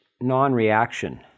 non-reaction